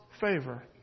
favor